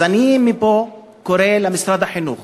אני קורא מפה למשרד החינוך,